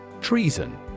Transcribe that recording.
Treason